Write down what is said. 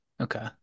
Okay